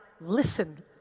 listen